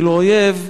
ואילו אויב,